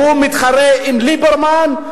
הוא מתחרה עם ליברמן,